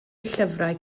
llyfrau